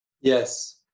Yes